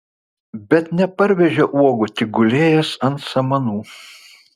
bet neparvežė uogų tik gulėjęs ant samanų